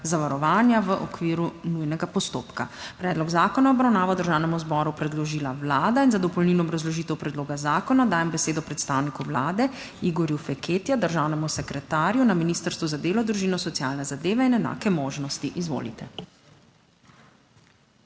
ZAVAROVANJA V OKVIRU NUJNEGA POSTOPKA.** Predlog zakona je v obravnavo Državnemu zboru predložila Vlada. Za dopolnilno obrazložitev predloga zakona dajem besedo predstavniku Vlade, Igorju Feketija, državnemu sekretarju na Ministrstvu za delo, družino, socialne zadeve in enake možnosti. Izvolite.